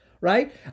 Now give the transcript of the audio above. right